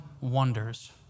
wonders